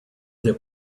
that